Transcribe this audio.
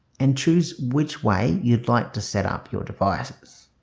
and choose which way you'd like to setup your devices